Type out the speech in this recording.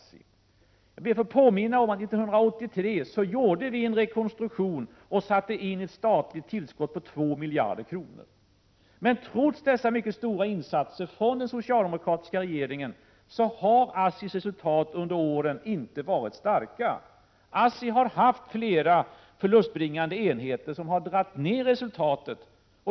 Jag ber att få Cm au CR S 5 4 5 Zz & av sågverksrörelsen, påminna om att vi år 1983 gjorde en rekonstruktion och satte in ett statligt i tillskott på 2 miljarder kronor. Men trots mycket stora insatser från den socialdemokratiska regeringen har ASSI:s resultat under åren inte varit starka. ASSI har haft flera förlustbringande enheter som har dragit ned resultatet.